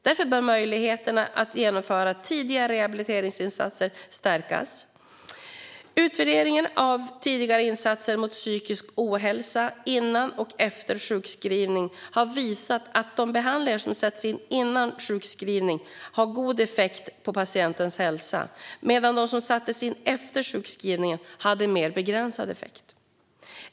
Därför bör möjligheterna att genomföra tidiga rehabiliteringsinsatser stärkas. Utvärderingar av tidigare insatser mot psykisk ohälsa innan och efter sjukskrivning har visat att de behandlingar som sätts in innan sjukskrivning hade god effekt på patientens hälsa, medan de som sattes in efter sjukskrivningen hade mer begränsad effekt.